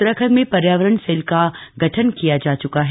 उत्तराखण्ड में र्यावरण सेल का गठन किया जा चुका है